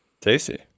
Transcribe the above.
Tasty